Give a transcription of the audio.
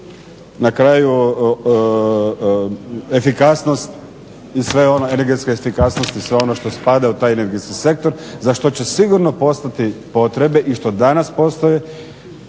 sve ono, energetska efikasnost i sve ono što spada u taj energetski sektor za što će sigurno postati potrebe i što danas postoji